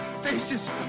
Faces